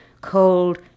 cold